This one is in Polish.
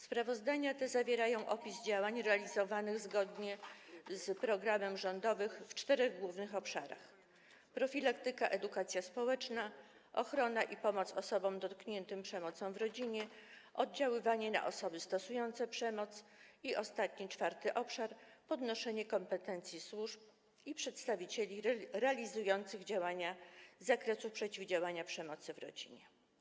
Sprawozdania te zawierają opis działań realizowanych zgodnie z programem rządowym w czterech głównych obszarach: profilaktyka i edukacja społeczna, ochrona osób dotkniętych przemocą w rodzinie i pomoc dla nich, oddziaływanie na osoby stosujące przemoc i, ostatni, czwarty obszar, podnoszenie kompetencji służb i przedstawicieli realizujących działania z zakresu przeciwdziałania przemocy w rodzinie.